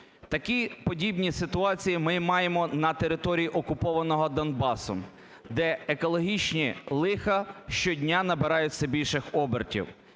Такі подібні ситуації ми маємо на території окупованого Донбасу, де екологічні лиха щодня набирають все більших обертів.